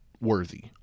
worthy